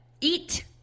eat